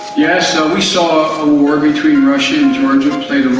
yeah so saw a war between russia and georgia played